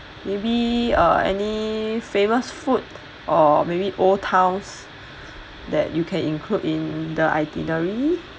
maybe uh any famous food or maybe old towns that you can include in the itinerary